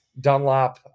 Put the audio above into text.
Dunlop